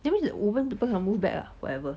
that means the ubin people cannot move back ah whatever